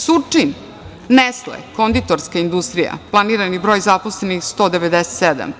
Surčin, „Nestle“ konditorska industrija, planirani broj zaposlenih 197.